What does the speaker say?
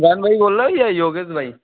इमरान भाई बोल रहें या योगेश भाई